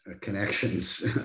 connections